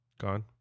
Gone